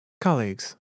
Colleagues